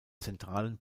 zentralen